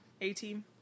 A-Team